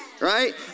right